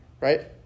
right